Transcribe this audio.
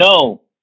no